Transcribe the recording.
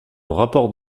rapport